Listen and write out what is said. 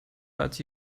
but